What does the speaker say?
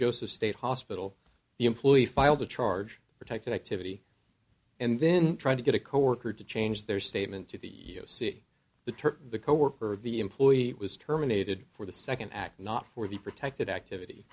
joseph state hospital the employee filed a charge protected activity and then try to get a coworker to change their statement to the e e o c turton the coworker of the employee was terminated for the second act not for the protected activity